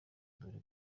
dore